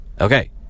Okay